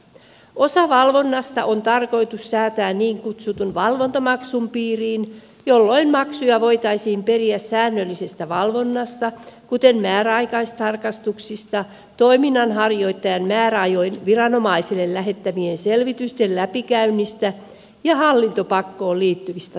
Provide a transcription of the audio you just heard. osa valvonnasta on tarkoitus säätää niin kutsutun valvontamaksun piiriin jolloin maksuja voitaisiin periä säännöllisestä valvonnasta kuten määräaikaistarkastuksista toiminnanharjoittajan määräajoin viranomaisille lähettämien selvitysten läpikäynnistä ja hallintopakkoon liittyvistä tarkastuksista